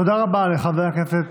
תודה רבה לחבר הכנסת